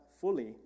fully